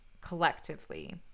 collectively